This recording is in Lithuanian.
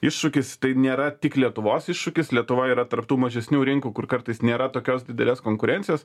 iššūkis tai nėra tik lietuvos iššūkis lietuva yra tarp tų mažesnių rinkų kur kartais nėra tokios didelės konkurencijos